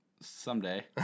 Someday